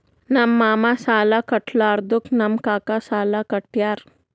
ನಮ್ ಮಾಮಾ ಸಾಲಾ ಕಟ್ಲಾರ್ದುಕ್ ನಮ್ ಕಾಕಾ ಸಾಲಾ ಕಟ್ಯಾರ್